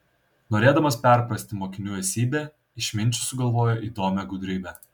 norėdamas perprasti mokinių esybę išminčius sugalvojo įdomią gudrybę